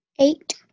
Eight